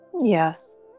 yes